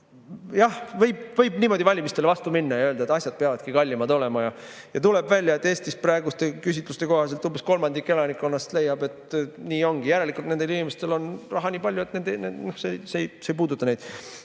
võib niimoodi valimistele vastu minna ja öelda, et asjad peavadki kallimad olema. Tuleb välja, et Eestis praeguste küsitluste kohaselt umbes kolmandik elanikkonnast leiab, et nii ongi. Järelikult nendel inimestel on raha nii palju, et see ei puuduta neid.